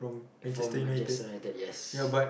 from Manchester-United yes